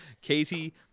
Katie